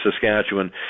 saskatchewan